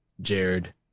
Jared